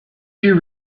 you